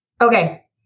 Okay